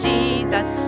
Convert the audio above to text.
Jesus